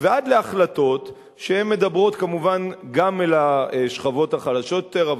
ועד להחלטות שמדברות כמובן גם אל השכבות החלשות יותר,